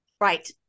Right